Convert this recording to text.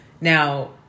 now